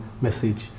message